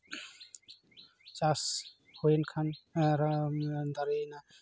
ᱪᱟᱥ ᱦᱩᱭᱮᱱ ᱠᱷᱟᱱ ᱟᱨ ᱚᱱᱟ ᱫᱚ ᱫᱟᱨᱮᱭᱮᱱᱟ